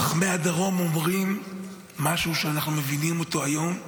חכמי הדרום אומרים משהו שאנחנו מבינים אותו היום.